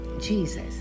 Jesus